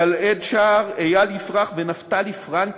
גיל-עד שער, איל יפרח ונפתלי פרנקל,